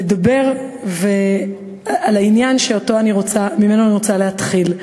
לדבר על העניין שממנו אני רוצה להתחיל.